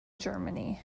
germany